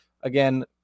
Again